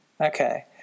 Okay